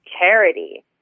charity